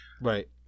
right